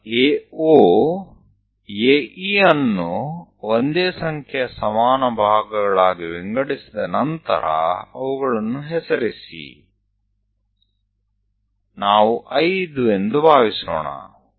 ಆ AO AE ಅನ್ನು ಒಂದೇ ಸಂಖ್ಯೆಯ ಸಮಾನ ಭಾಗಗಳಾಗಿ ವಿಂಗಡಿಸಿದ ನಂತರ ಅವುಗಳನ್ನು ಹೆಸರಿಸಿ ನಾವು 5 ಎಂದು ಭಾವಿಸೋಣ